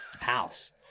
house